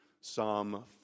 Psalm